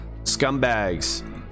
scumbags